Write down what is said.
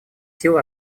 сил